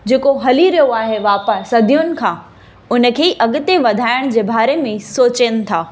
जेको हली रहियो आहे वापार सदियुनि खां उनखे अॻिते वधाइण जे बारे में सोचनि था